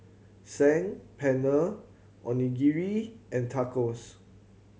Saag Paneer Onigiri and Tacos